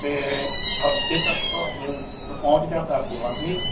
ਅਤੇ ਹਫ਼ਤੇ ਤੱਕ ਤੁਹਾਡੇ ਪਹੁੰਚਦਿਆਂ ਕਰ ਦੇਵਾਂਗੇ